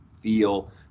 feel